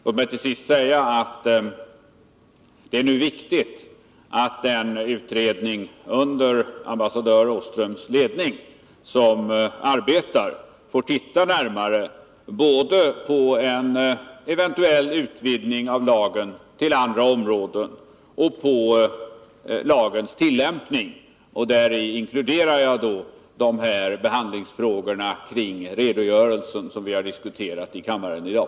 Låt mig till sist säga att det är viktigt att den utredning som nu under ambassadör Åströms ledning arbetar med detta får titta närmare både på en eventuell utvidgning av lagen till andra områden och på lagens tillämpning. Däri inkluderar jag de behandlingsfrågor kring redogörelsen som vi har diskuterat i kammaren i dag.